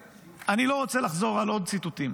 אני לא רוצה לחזור על עוד ציטוטים,